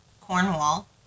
Cornwall